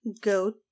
go